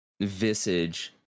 visage